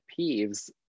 peeves